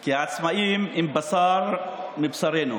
כי העצמאים הם בשר מבשרנו.